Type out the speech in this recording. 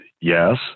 yes